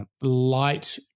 light